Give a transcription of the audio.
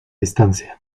distancia